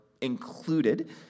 included